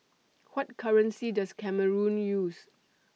What currency Does Cameroon use